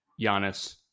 Giannis